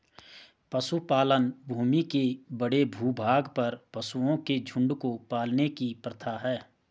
पशुपालन भूमि के बड़े भूभाग पर पशुओं के झुंड को पालने की प्रथा है